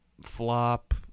flop